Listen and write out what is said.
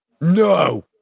No